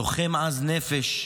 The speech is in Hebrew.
לוחם עז נפש,